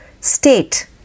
state